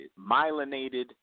Myelinated